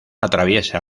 atraviesa